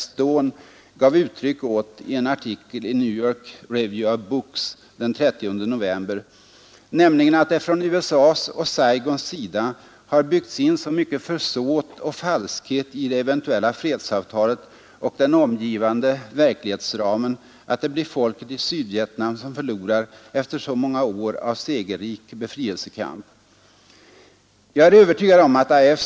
Stone gav uttryck åt i en artikel i New York Review of Books den 30 november, nämligen att det från USA :s och Saigons sida har byggts in så mycket försåt och falskhet i det eventuella fredsavtalet och den omgivande verklighetsramen att det blir folket i Sydvietnam som förlorar efter så många år av segerrik befrielsekamp. Jag är övertygad om att I.F.